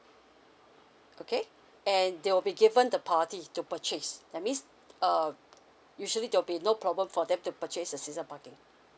okay and they will be given the priority to purchase that means err usually there'll be no problem for them to purchase a season parking